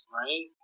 right